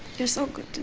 you're so good